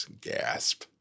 Gasp